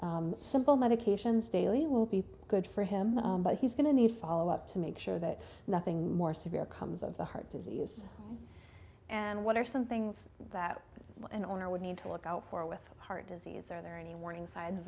simple medications daily will be good for him but he's going to need follow up to make sure that nothing more severe comes of the heart disease and what are some things that an owner would need to look out for with heart disease are there any warning signs